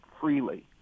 freely